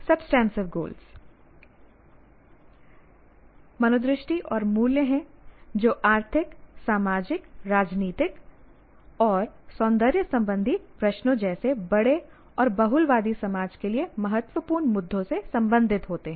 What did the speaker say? substantive goals मनोदृष्टि और मूल्य होते हैं जो आर्थिक सामाजिक राजनीतिक नैतिक और सौंदर्य संबंधी प्रश्नों जैसे बड़े और बहुलवादी समाज के लिए महत्वपूर्ण मुद्दों से संबंधित होते हैं